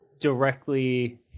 directly